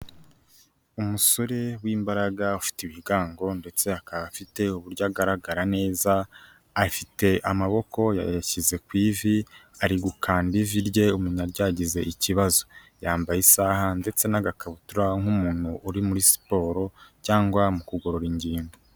Umusore w'imbaraga ufite ibigango ndetse akaba afite uburyo agaragara neza, afite amaboko yayashyize ku ivi, ari gukanda ivi rye umenya ryagize ikibazo. Yambaye isaha ndetse n'agakabutura nk'umuntu uri muri siporo cyangwa mu kugorora ingingo.